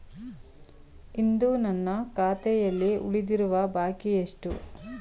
ಇಂದು ನನ್ನ ಖಾತೆಯಲ್ಲಿ ಉಳಿದಿರುವ ಬಾಕಿ ಎಷ್ಟು?